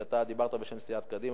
אני חושב שאתה דיברת בשם סיעת קדימה,